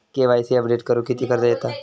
KYC update करुक किती खर्च येता?